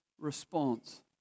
response